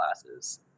classes